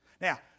Now